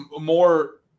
more